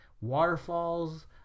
waterfalls